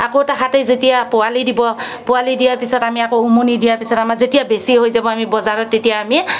আকৌ তাহাঁতেই যেতিয়া পোৱালী দিব পোৱালী দিয়াৰ পিছত আমি আকৌ উমনি দিয়াৰ পিছত আমাৰ যেতিয়া বেছি হৈ যাব আমি বজাৰত তেতিয়া আমি